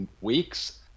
weeks